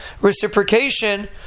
reciprocation